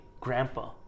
grandpa